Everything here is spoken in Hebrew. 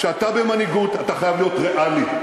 כשאתה במנהיגות אתה חייב להיות ריאלי.